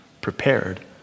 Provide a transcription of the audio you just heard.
prepared